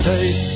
Take